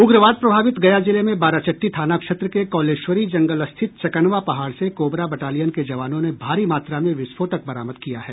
उग्रवाद प्रभावित गया जिले में बाराचट्टी थाना क्षेत्र के कौलेश्वरी जंगल स्थित चकनवा पहाड़ से कोबरा बटालियन के जवानों ने भारी मात्रा में विस्फोटक बरामद किया है